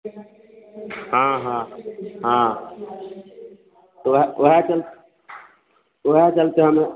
हँ हँ हँ ओएह ओएह चल ओएह चलते हमे